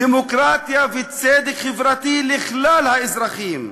דמוקרטיה וצדק לכלל האזרחים.